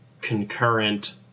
concurrent